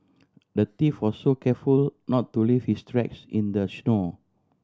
the thief was so careful not to leave his tracks in the snow